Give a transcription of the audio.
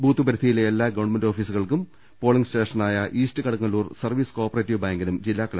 booth പരിധിയിലെ എല്ലാ government ഓഫീസുകൾക്കും പോളിങ് സ്റ്റേഷനായ east Kadungallur service co operative ബാങ്കിനും ജില്ലാ കല